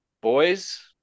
Boys